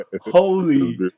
holy